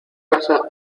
casa